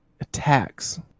Attacks